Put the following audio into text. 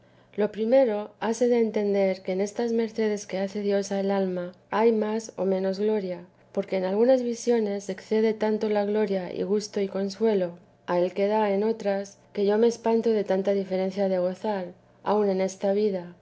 lo primero liase de entender que en estas mercedes que hace dios al alma hay más y menos gloria porque en algunas visiones excede tanto la gloria y gusto y consuelo al que da en otras que yo me espanto de tanta diferencia de gozar aun en esta vida